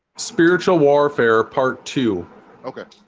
spiritual warfare part two okay